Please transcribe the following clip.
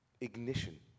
ignition